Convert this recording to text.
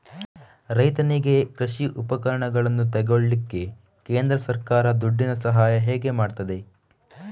ರೈತನಿಗೆ ಕೃಷಿ ಉಪಕರಣಗಳನ್ನು ತೆಗೊಳ್ಳಿಕ್ಕೆ ಕೇಂದ್ರ ಸರ್ಕಾರ ದುಡ್ಡಿನ ಸಹಾಯ ಹೇಗೆ ಮಾಡ್ತದೆ?